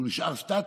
נשאר סטטי,